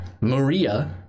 Maria